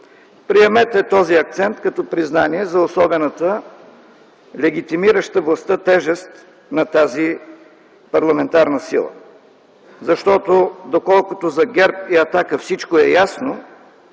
Приемете този акцент като признание за особената, легитимираща властта тежест на тази парламентарна сила. Защото, доколкото за ГЕРБ и „Атака” всичко е ясно,